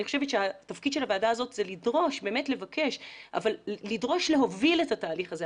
אני חושבת שהתפקיד של הוועדה הזאת זה לדרוש להוביל את התהליך הזה.